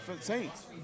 Saints